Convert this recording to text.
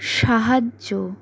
সাহায্য